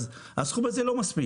אז הסכום הזה לא מספיק.